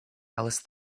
alice